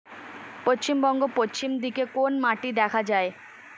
পশ্চিমবঙ্গ পশ্চিম দিকে কোন মাটি দেখা যায়?